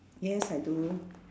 yes I do